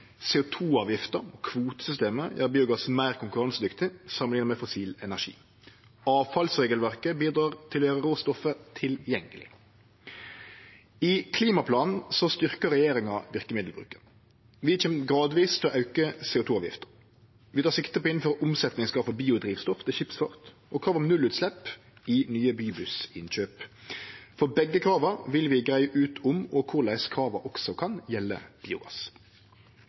og kvotesystemet gjer biogassen meir konkurransedyktig samanlikna med fossil energi. Avfallsregelverket bidreg til å gjere råstoffet tilgjengeleg. I klimaplanen styrkjer regjeringa verkemiddelbruken. Vi kjem gradvis til å auke CO 2 -avgifta. Vi tek sikte på å innføre omsetjingskrav for biodrivstoff til skipsfart og krav om nullutslepp i nye bybuss-innkjøp. For begge krava vil vi greie ut om og korleis krava også kan gjelde biogass.